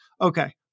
Okay